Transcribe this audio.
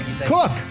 Cook